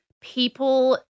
People